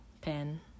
Pen